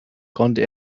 konnte